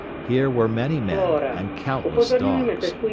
here were many men, and countless dogs,